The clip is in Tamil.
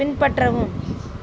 பின்பற்றவும்